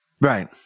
Right